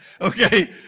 Okay